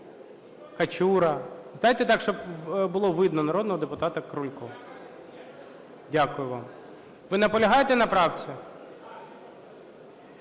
Качура, давайте так, щоб було видно народного депутата Крулька. Дякую вам. Ви наполягаєте на правці?